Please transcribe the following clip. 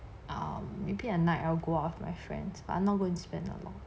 um maybe at night I'll go out with my friends but not going to spend a lot